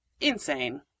Insane